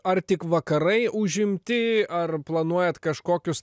ar tik vakarai užimti ar planuojat kažkokius